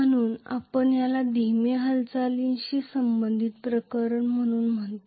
म्हणून आपण याला धीमे हालचालीशी संबंधित प्रकरण म्हणून म्हणतो